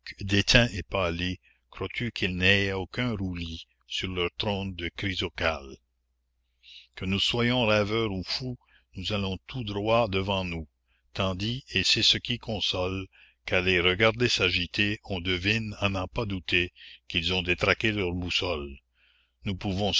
déteints et pâlis crois-tu qu'ils n'aient aucun roulis sur leur trône de chrysocale que nous soyons rêveurs ou fous nous allons tout droit devant nous tandis et c'est ce qui console qu'à les regarder s'agiter on devine à n'en pas douter qu'ils ont détraqué leur boussole nous pouvons